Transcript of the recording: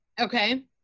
okay